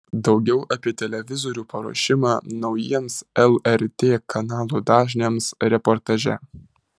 daugiau apie televizorių paruošimą naujiems lrt kanalų dažniams reportaže